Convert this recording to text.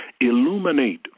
Illuminate